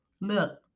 Look